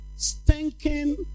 Stinking